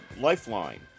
Lifeline